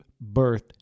birth